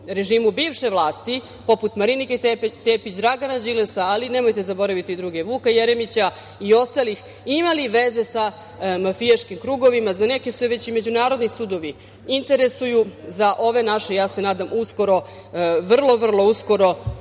režimu bivše vlasti, poput Marinike Tepić, Dragana Đilasa, ali nemojte zaboraviti i druge, Vuka Jeremića i ostalih, imali veze sa mafijaškim krugovima. Za neke se već i međunarodni sudovi interesuju, za ove naše ja se nadam uskoro, vrlo, vrlo uskoro